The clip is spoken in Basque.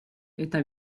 eta